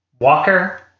Walker